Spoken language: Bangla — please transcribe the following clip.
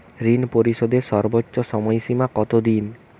ঋণ পরিশোধের সর্বোচ্চ সময় সীমা কত দিন?